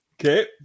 okay